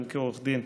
גם כעורך דין: